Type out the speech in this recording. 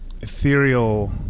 ethereal